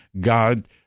God—